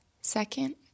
Second